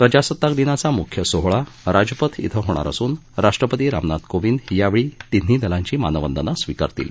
प्रजासताक दिनाचा मुख्य सोहळा राजपथ इथं होणार असून राष्ट्रपती रामनाथ कोविंद यावेळी तिन्ही दलांची मानवंदना स्विकारतील